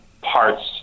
parts